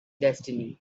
destiny